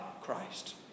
Christ